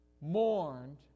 mourned